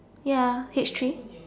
ya H three